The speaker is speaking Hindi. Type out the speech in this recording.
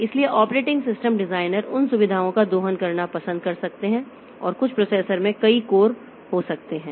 इसलिए ऑपरेटिंग सिस्टम डिजाइनर उन सुविधाओं का दोहन करना पसंद कर सकते हैं और कुछ प्रोसेसर में कई कोर हो सकते हैं